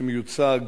שמיוצג